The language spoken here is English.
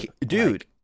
Dude